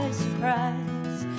surprise